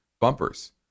bumpers